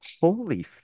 holy